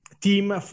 team